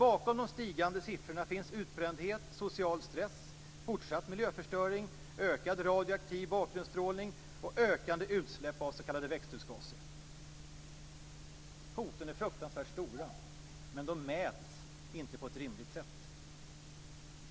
Bakom de stigande siffrorna finns utbrändhet, social stress, fortsatt miljöförstöring, ökad radioaktiv bakgrundsstrålning och tilltagande utsläpp av s.k. växthusgaser. Hoten är fruktansvärt stora, men de mäts inte på ett rimligt sätt.